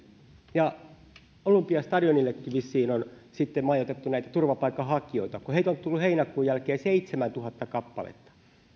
ja olympiastadionillekin vissiin on sitten majoitettu näitä turvapaikanhakijoita kun heitä on tullut heinäkuun jälkeen seitsemäntuhatta kappaletta